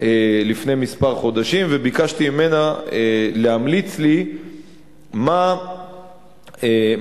לפני כמה חודשים וביקשתי ממנה להמליץ לי מה התקן,